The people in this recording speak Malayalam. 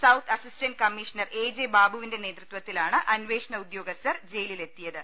south assistant commissioner A J ബാബുവിന്റെ നേതൃ ത്വത്തിലാണ് അന്വേഷണ ഉദ്യോഗസ്ഥർ ജയിലിലെത്തിയത്